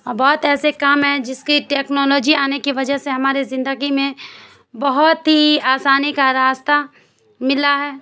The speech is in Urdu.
اور بہت ایسے کام ہیں جس کی ٹیکنالوجی آنے کی وجہ سے ہمارے زندگی میں بہت ہی آسانی کا راستہ ملا ہے